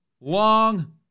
long